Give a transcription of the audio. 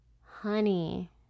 Honey